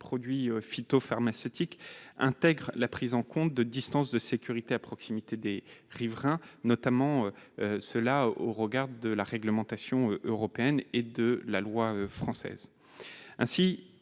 produits phytopharmaceutiques intègre la prise en compte de distances de sécurité à l'égard des riverains, conformément à la réglementation européenne et à la loi française.